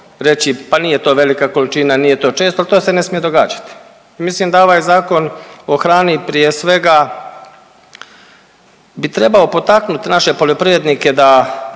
pa nije to velika količina, nije to često, al to se ne smije događati. I mislim da ovaj Zakon o hrani prije svega bi trebao potaknut naše poljoprivrednike da